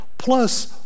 plus